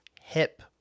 hip